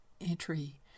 entry